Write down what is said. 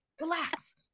relax